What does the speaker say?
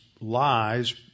lies